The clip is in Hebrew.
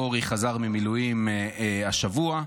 אורי חזר ממילואים השבוע,